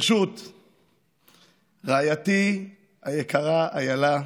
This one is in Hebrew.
ברשות רעייתי היקרה איילה,